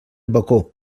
bacó